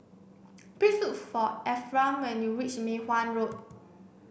please look for Ephram when you reach Mei Hwan Road